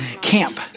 camp